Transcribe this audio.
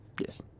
Yes